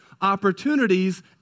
opportunities